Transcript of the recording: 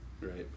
Right